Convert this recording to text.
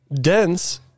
dense